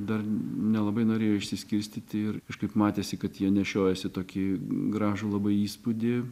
dar nelabai norėjo išsiskirstyti ir kažkaip matėsi kad jie nešiojasi tokį gražų labai įspūdį